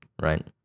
right